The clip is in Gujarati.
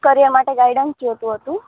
કરિયર માટે ગાઇડન્સ જોઇતું હતું